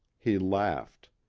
he laughed.